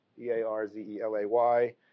E-A-R-Z-E-L-A-Y